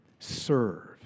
serve